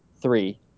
three